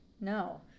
No